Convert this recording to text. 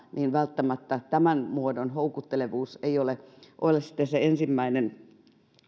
niin välttämättä tämän muodon houkuttelevuus ei ole ole sitten se ensimmäinen